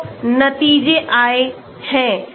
तो नतीजे आए हैं